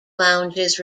lounges